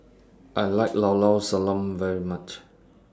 I like Llao Llao Sanum very much